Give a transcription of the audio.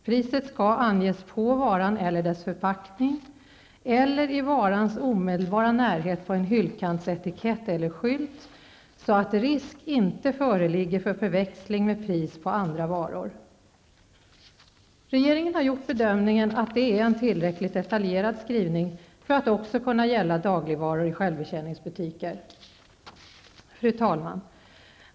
Priset skall anges på varan eller dess förpackning, eller i varans omedelbara närhet på en hyllkantsetikett eller skylt, så att risk inte föreligger för förväxling med pris på andra varor.'' Regeringen har gjort bedömningen att det är en tillräcklig detaljerad beskrivning för att också kunna gälla dagligvaror i självbetjäningsbutiker. Fru talman!